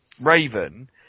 Raven